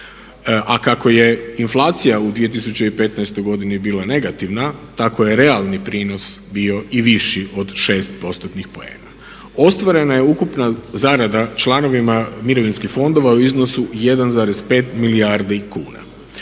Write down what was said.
a kako je inflacija u 2015.godini bila negativna tako je realni prinos bio i viši od 6 postotnih poena. Ostvarena je ukupna zarada članovima mirovinskih fondova u iznosu 1,5 milijardi kuna.